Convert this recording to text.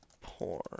porn